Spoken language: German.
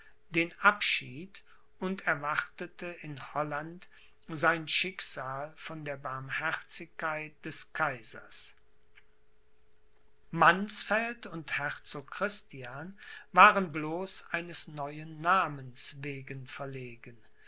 den abschied und erwartete in holland sein schicksal von der barmherzigkeit des kaisers mannsfeld und herzog christian waren bloß eines neuen namens wegen verlegen